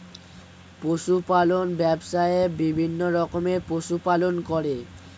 পশু পালন ব্যবসায়ে বিভিন্ন রকমের পশু পালন করে